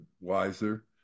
wiser